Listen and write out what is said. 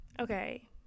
Okay